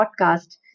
podcast